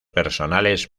personales